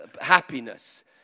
happiness